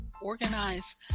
organize